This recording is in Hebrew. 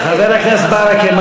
חבר הכנסת ברכה,